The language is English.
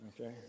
Okay